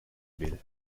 will